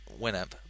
Winamp